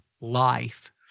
life